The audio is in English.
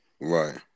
right